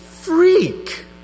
Freak